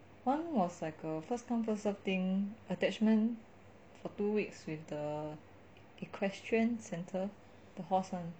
one was like a first come first serve thing attachment for two weeks with the equestrian centre the horse [one]